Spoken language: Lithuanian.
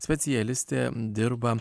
specialistė dirba